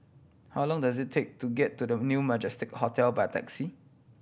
how long does it take to get to New Majestic Hotel by taxi